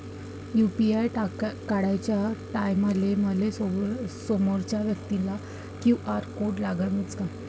UPI कराच्या टायमाले मले समोरच्या व्यक्तीचा क्यू.आर कोड लागनच का?